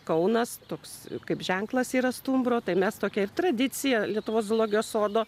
kaunas toks kaip ženklas yra stumbro tai mes tokia ir tradicija lietuvos zoologijos sodo